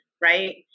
right